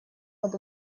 под